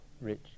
rich